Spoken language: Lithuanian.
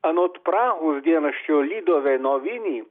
anot prahos dienraščio lideonovini